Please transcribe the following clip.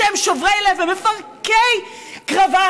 שהם שוברי לב ומפרקי קרביים,